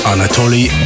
Anatoly